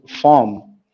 form